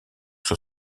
sur